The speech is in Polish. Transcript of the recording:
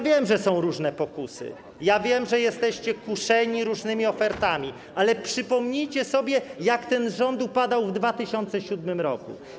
Wiem, że są różne pokusy, wiem, że jesteście kuszeni różnymi ofertami, ale przypomnijcie sobie, jak ten rząd upadał w 2007 r.